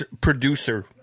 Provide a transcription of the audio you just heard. producer